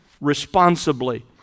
responsibly